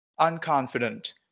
unconfident